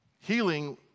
healing